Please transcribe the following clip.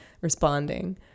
responding